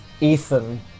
Ethan